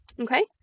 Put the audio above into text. Okay